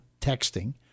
texting